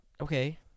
Okay